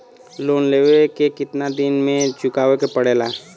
Loan लेवे के कितना दिन मे चुकावे के पड़ेला?